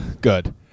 Good